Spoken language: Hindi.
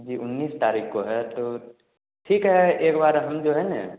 जी उन्नीस तारीख़ है तो ठीक है एक बार हम जो है ना